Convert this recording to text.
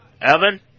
Evan